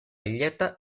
illeta